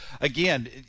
again –